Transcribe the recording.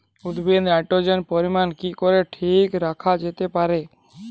উদ্ভিদে নাইট্রোজেনের পরিমাণ কি করে ঠিক রাখা যেতে পারে?